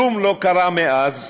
כלום לא קרה מאז,